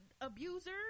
abuser